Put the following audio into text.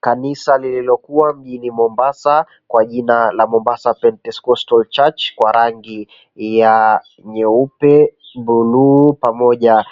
Kanisa lililokuwa mjini Mombasa kwa jina la Mombasa Pentecostal Church kwa rangi ya nyeupe, buluu pamoja